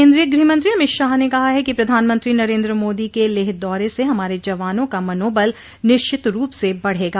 केन्द्रीय ग्रहमंत्री अमित शाह ने कहा है कि प्रधानमंत्री नरेन्द्र मोदी के लेह दौरे से हमारे जवानों का मनोबल निश्चित रूप से बढ़ेगा